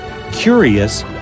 Curious